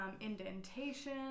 indentation